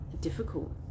difficult